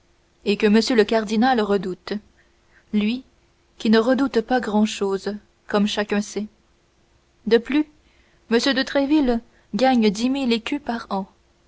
et que m le cardinal redoute lui qui ne redoute pas grand-chose comme chacun sait de plus m de tréville gagne dix mille écus par an